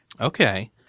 Okay